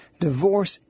divorce